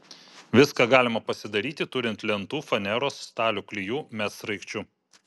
viską galima pasidaryti turint lentų faneros stalių klijų medsraigčių